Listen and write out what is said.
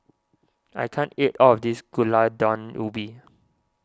I can't eat all of this Gulai Daun Ubi